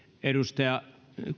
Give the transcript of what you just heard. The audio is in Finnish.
edustaja